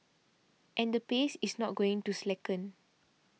and the pace is not going to slacken